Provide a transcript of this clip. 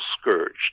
scourged